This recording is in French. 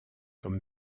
comme